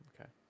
okay